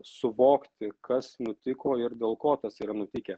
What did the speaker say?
suvokti kas nutiko ir dėl ko tas yra nutikę